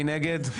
מי נגד?